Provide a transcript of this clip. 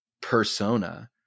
persona